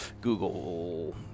Google